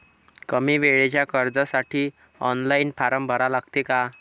कमी वेळेच्या कर्जासाठी ऑनलाईन फारम भरा लागते का?